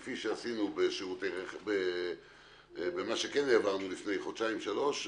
כפי שעשינו במה שכן העברנו לפני חודשיים-שלושה,